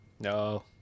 no